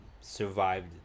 survived